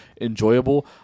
enjoyable